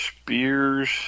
Spears